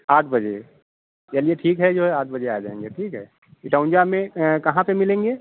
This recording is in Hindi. आठ बजे चलिए ठीक है जो है आठ बजे आ जाएंगे ठीक है इटौन्जा में कहाँ पर मिलेंगे